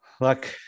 Look